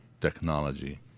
technology